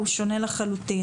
הוא שונה לחלוטין.